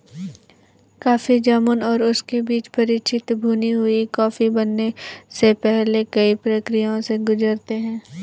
coffee जामुन और उनके बीज परिचित भुनी हुई कॉफी बनने से पहले कई प्रक्रियाओं से गुजरते हैं